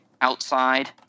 outside